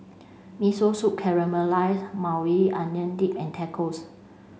Miso Soup Caramelized Maui Onion Dip and Tacos